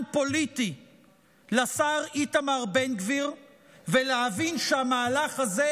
פוליטי לשר איתמר בן גביר ולהבין שהמהלך הזה,